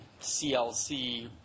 CLC